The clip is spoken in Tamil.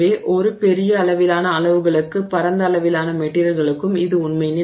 எனவே ஒரு பெரிய அளவிலான அளவுகளுக்கும் பரந்த அளவிலான மெட்டிரியல்களுக்கும் இது உண்மை